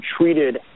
treated